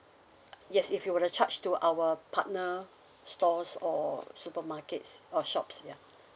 yes if you were to charge to our partner stores or supermarkets or shops ya